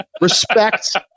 respect